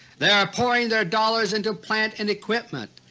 they are pouring their dollars into plants and equipment,